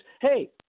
Hey